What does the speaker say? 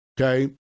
Okay